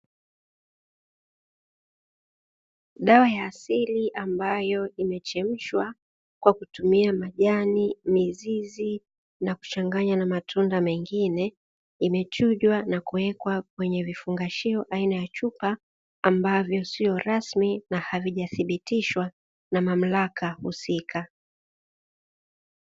Dawa ya asili ambayo imechemshwa kwa kutumia majani mzizi na kuchanganywa na matunda mengine, imechujwa na kuwekwa kwenye vifungashio aina ya chupa ambavyo sio rasmi na havijathibitiswa na mamlaka husika.